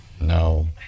no